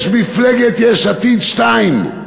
יש מפלגת יש עתיד שתיים.